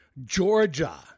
Georgia